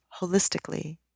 holistically